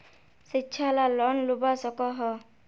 शिक्षा ला लोन लुबा सकोहो?